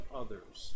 others